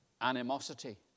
animosity